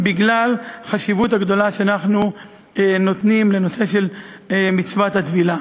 בגלל החשיבות הגדולה שאנחנו מייחסים למצוות הטבילה.